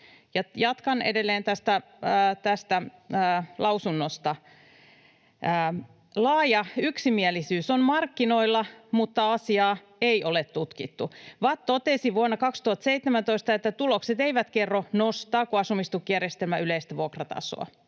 Jatkan edelleen tästä lausunnosta: ”Laaja yksimielisyys on markkinoilla, mutta asiaa ei ole tutkittu. VATT totesi vuonna 2017, että tulokset eivät kerro, nostaako asumistukijärjestelmä yleistä vuokratasoa.